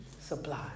supply